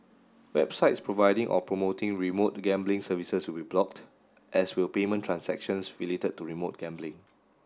websites providing or promoting remote gambling services will blocked as will payment transactions related to remote gambling